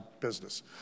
business